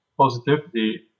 positivity